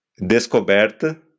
Descoberta